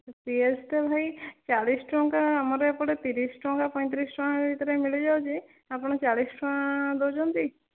ପିଆଜ ତ ଭାଇ ଚାଳିଶି ଟଙ୍କା ଆମର ଏପଟେ ତିରିଶ ଟଙ୍କା ପଇଁତିରିଶ ଟଙ୍କା ଭିତରେ ମିଳିଯାଉଛି ଆପଣ ଚାଳିଶି ଟଙ୍କା ଦେଉଛନ୍ତି